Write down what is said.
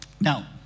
Now